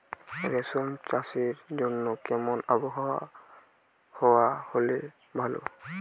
রেশম চাষের জন্য কেমন আবহাওয়া হাওয়া হলে ভালো?